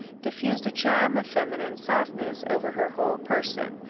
diffused a charm of feminine softness over her whole person,